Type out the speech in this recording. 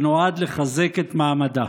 שנועד לחזק את מעמדה.